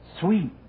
sweet